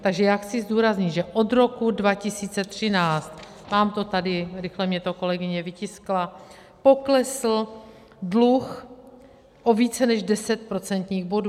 Takže já chci zdůraznit, že od roku 2013 mám to tady, rychle mi to kolegyně vytiskla poklesl dluh o více než 10 procentních bodů.